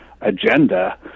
agenda